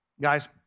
Guys